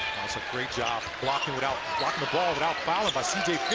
a great job like and without without fouling by c j.